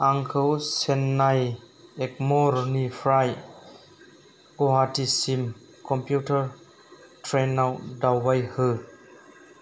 आंखौ चेन्नाइ एगमरनिफ्राय गुवाहाटिसिम कम्पिउटार ट्रेनआव दावबायहो